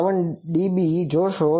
52 dB જોશો